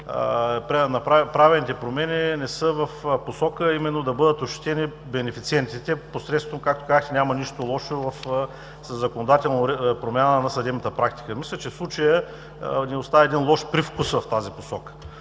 правените промени не са в посока именно да бъдат ощетени бенефициентите посредством, както казах – няма нищо лошо, със законодателна промяна на съдебната практика. Мисля, че в случая ни остава лош привкус в тази посока.